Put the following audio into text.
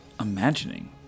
imagining